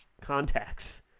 contacts